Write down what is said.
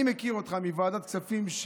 אני מכיר אותך מוועדת כספים.